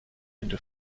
into